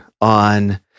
on